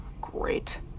Great